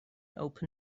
open